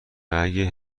اگه